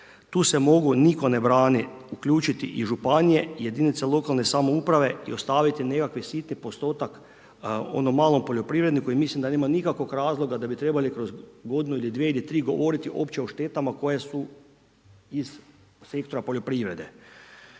Tu se mogu, nitko ne brani, uključiti i županije, jedinice lokalne samouprave i ostaviti nekakav sitan postotak onom malom poljoprivredniku i mislim da nema nikakvog razloga da bi trebali kroz godinu ili dvije ili tri govoriti uopće o štetama koje su iz sektora poljoprivrede.